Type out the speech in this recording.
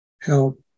help